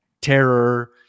terror